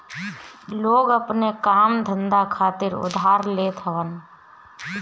लोग अपनी काम धंधा खातिर उधार लेत हवन